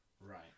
Right